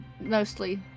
mostly